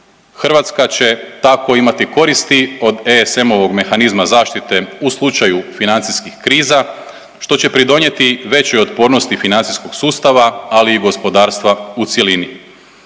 Hrvatska će tako imati koristi od ESM-ovog mehanizma zaštite u slučaju financijskih kriza, što će pridonijeti većoj otpornosti financijskog sustava, ali i gospodarstva u cjelini.